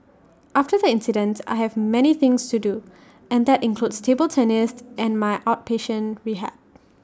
after the accident I have many things to do and that includes table tennis and my outpatient rehab